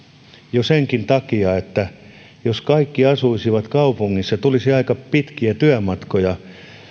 jo senkin takia että jos kaikki asuisivat kaupungissa tulisi aika pitkiä työmatkoja